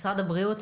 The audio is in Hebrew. משרד הבריאות,